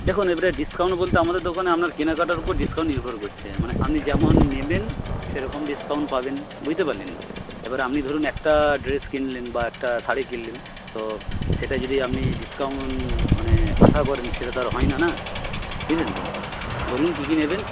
দেখুন এবারে ডিসকাউন্ট বলতে আমাদের দোকানে আপনার কেনাকাটার উপর ডিসকাউন্ট নির্ভর করছে মানে আপনি যেমন নেবেন সেরকম ডিসকাউন্ট পাবেন বুঝতে পারলেন এবারে আপনি ধরুন একটা ড্রেস কিনলেন বা একটা শাড়ি কিনলেন তো সেটা যদি আপনি ডিসকাউন্ট মানে আশা করেন সেটা তো আর হয় না না বুঝলেন তো বলুন কি কি নেবেন